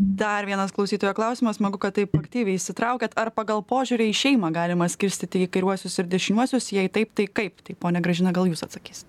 dar vienas klausytojo klausimas smagu kad taip aktyviai įsitraukėt ar pagal požiūrį į šeimą galima skirstyti į kairiuosius ir dešiniuosius jei taip tai kaip tai ponia gražina gal jūs atsakysit